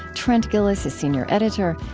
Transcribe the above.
trent gilliss is senior editor.